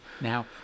Now